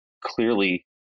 clearly